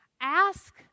ask